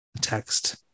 text